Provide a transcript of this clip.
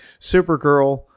Supergirl